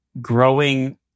growing